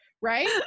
Right